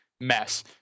mess